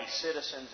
citizens